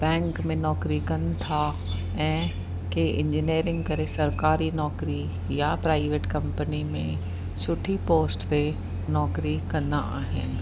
bank में नौकिरी कनि था ऐं कंहिं इंजीनियरिंग करे सरकारी नौकिरी या प्राइवेट कंपनी में सुठी पोस्ट ते नौकिरी कंदा आहिनि